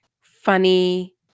funny